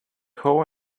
hole